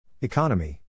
Economy